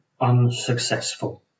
unsuccessful